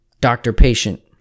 doctor-patient